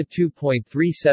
2.37